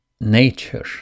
nature